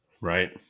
Right